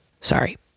Sorry